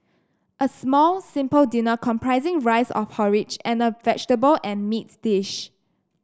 a small simple dinner comprising rice or porridge and a vegetable and meat dish